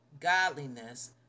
godliness